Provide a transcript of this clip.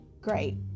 great